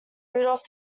rudolph